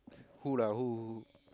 who lah who who who